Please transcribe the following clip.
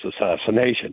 assassination